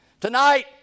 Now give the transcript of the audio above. Tonight